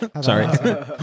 sorry